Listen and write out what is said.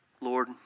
Lord